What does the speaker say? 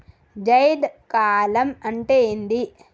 జైద్ కాలం అంటే ఏంది?